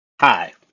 Hi